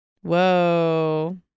Whoa